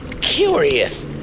curious